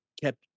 kept